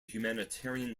humanitarian